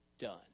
done